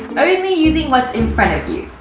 only using what's in front of you!